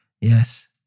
Yes